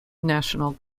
national